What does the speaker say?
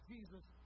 Jesus